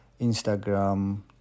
Instagram